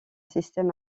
système